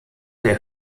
der